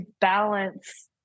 balance